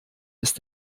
ist